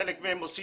וחלק מהם עושים